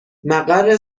مقر